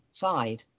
side